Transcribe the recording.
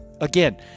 Again